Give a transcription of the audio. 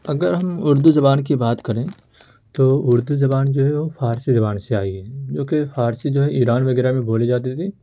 اگر ہم اردو زبان کی بات کریں تو اردو زبان جو ہے وہ فارسی زبان سے آئی ہے جو کہ فارسی جو ہے ایران وغیرہ میں بولی جاتی تھی